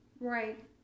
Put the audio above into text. Right